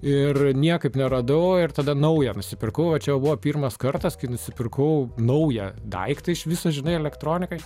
ir niekaip neradau ir tada naują nusipirkau o čia buvo pirmas kartas kai nusipirkau naują daiktą iš viso žinai elektronikai